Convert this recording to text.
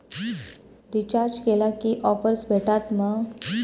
Recharge केला की offers भेटात मा?